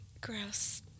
Grouse